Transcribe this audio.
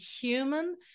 human